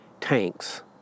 tanks